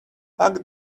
pack